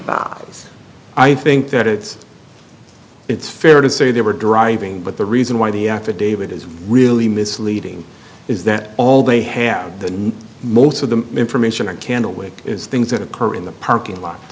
bottles i think that it's it's fair to say they were driving but the reason why the affidavit is really misleading is that all they have the most of the information and candlewick is things that occur in the parking lot